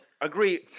agree